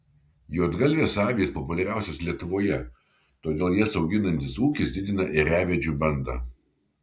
juodgalvės avys populiariausios lietuvoje todėl jas auginantis ūkis didina ėriavedžių bandą